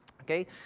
Okay